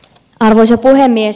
arvoisa puhemies